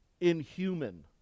inhuman